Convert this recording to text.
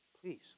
please